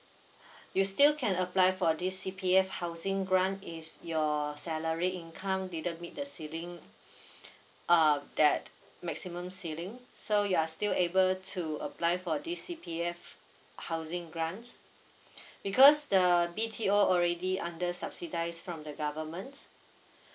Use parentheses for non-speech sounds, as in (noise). you still can apply for this C_P_F housing grant if your salary income didn't meet the ceiling (breath) uh that maximum ceiling so you are still able to apply for this C_P_F housing grant because the B_T_O already under subsidise from the government